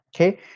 okay